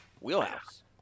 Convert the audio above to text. Wheelhouse